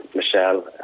Michelle